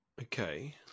Okay